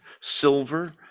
silver